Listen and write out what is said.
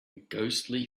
ghostly